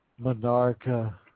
Monarcha